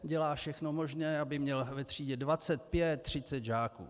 Dělá všechno možné, aby měl ve třídě dvacet pět, třicet žáků.